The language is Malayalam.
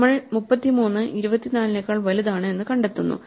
നമ്മൾ 33 24നേക്കാൾ വലുതാണ് എന്നു കണ്ടെത്തുന്നു